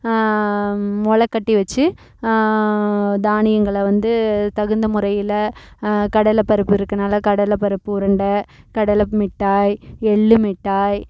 முளைக்கட்டி வச்சி தானியங்கள வந்து தகுந்த முறையில் கடலைப்பருப்பு இருக்கனால் கடலைப்பருப்பு உருண்டை கடளை மிட்டாய் எள்ளு மிட்டாய்